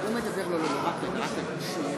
שלוש דקות, בבקשה.